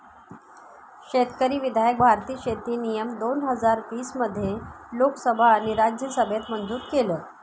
शेतकरी विधायक भारतीय शेती नियम दोन हजार वीस मध्ये लोकसभा आणि राज्यसभेत मंजूर केलं